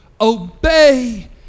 obey